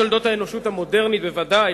בתולדות האנושות המודרנית בוודאי,